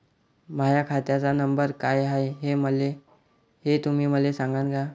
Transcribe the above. माह्या खात्याचा नंबर काय हाय हे तुम्ही मले सागांन का?